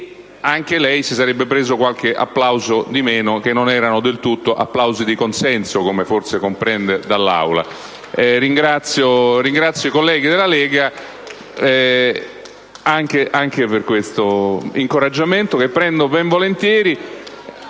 anche lei si sarebbe preso qualche applauso di meno, che non erano del tutto applausi di consenso - come forse comprende - dall'Aula. *(Applausi dal Gruppo LNP)*. Ringrazio i colleghi della Lega anche per questo incoraggiamento, che prendo ben volentieri.